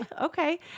okay